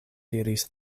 diris